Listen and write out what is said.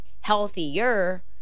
healthier